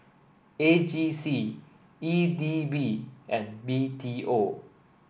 A G C E D B and B T O